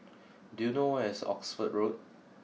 do you know where is Oxford Road